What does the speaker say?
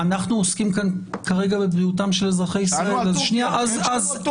מכיוון שבאפריקה אין לנו הרבה ריצופים,